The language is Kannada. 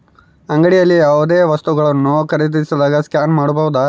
ಅಂಗಡಿಯಲ್ಲಿ ಯಾವುದೇ ವಸ್ತುಗಳನ್ನು ಖರೇದಿಸಿದಾಗ ಸ್ಕ್ಯಾನ್ ಮಾಡಬಹುದಾ?